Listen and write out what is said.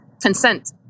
Consent